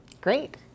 Great